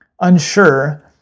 unsure